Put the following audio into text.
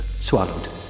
swallowed